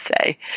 say